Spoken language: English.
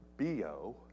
BO